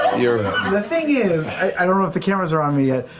yeah the thing is i don't know if the cameras are on me yet.